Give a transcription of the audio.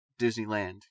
Disneyland